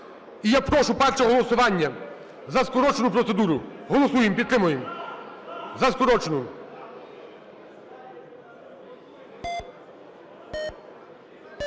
І я прошу перше голосування за скорочену процедуру. Голосуємо. Підтримуємо. За скорочену.